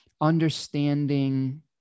understanding